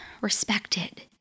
respected